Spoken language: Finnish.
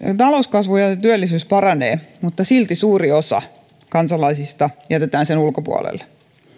talouskasvu ja ja työllisyys paranevat mutta silti suuri osa kansalaisista jätetään sen ulkopuolelle